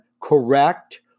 correct